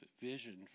vision